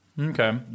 Okay